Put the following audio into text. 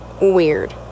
weird